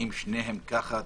תומר,